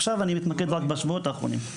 עכשיו אני מתמקד רק בשבועות האחרונים.